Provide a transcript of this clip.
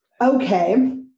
Okay